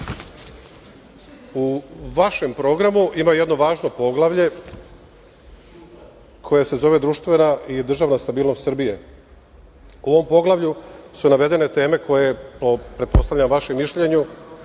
vašem programu ima jedno važno poglavlje koje se zove društvena i državna stabilnost Srbije. U ovom poglavlju su navedene teme koje, pretpostavljam, po vašem mišljenju,